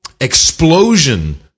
explosion